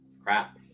Crap